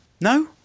No